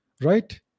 Right